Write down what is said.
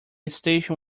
station